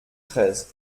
treize